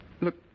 Look